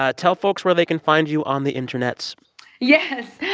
ah tell folks where they can find you on the internets yes,